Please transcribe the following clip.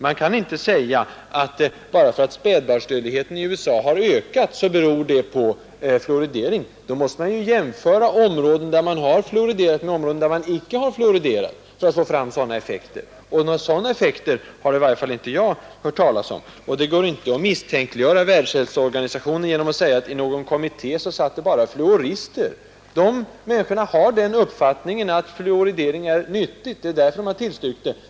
Man kan inte bara säga att när spädbarnsdödligheten i USA har ökat så beror det på fluoridering. Man måste jämföra områden där man har fluoriderat med områden där man icke har fluoriderat för att få fram sådana effekter — och några sådana resultat har i varje fall inte jag hört talas om. Det går inte att misstänkliggöra Världshälsoorganisationen genom att säga att i någon kommitté satt det bara fluorister. De människorna har den uppfattningen att fluoridering är nyttig, och det är därför de har tillstyrkt den.